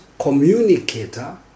communicator